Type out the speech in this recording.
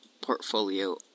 portfolio